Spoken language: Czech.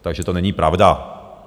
Takže to není pravda.